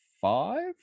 five